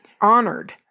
honored